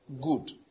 Good